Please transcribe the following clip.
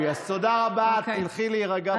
חברת הכנסת בן משה, רגע,